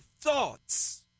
thoughts